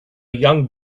young